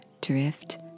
drift